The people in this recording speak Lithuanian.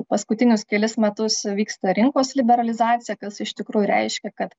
paskutinius kelis metus vyksta rinkos liberalizacija kas iš tikrųjų reiškia kad